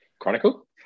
Chronicle